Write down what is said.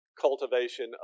cultivation